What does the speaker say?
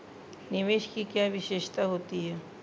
निवेश की क्या विशेषता होती है?